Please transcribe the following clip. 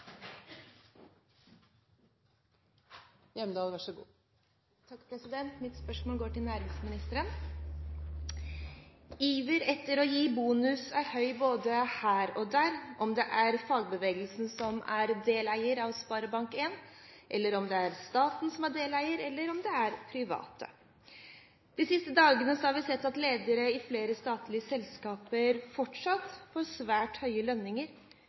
Mitt spørsmål går til næringsministeren. Iveren etter å gi bonus er høy både her og der, om det er fagbevegelsen som er deleier av SpareBank 1, om det er staten som er deleier, eller om det er private. De siste dagene har vi sett at ledere i flere statlige selskaper fortsatt får svært høye lønninger,